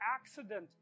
accident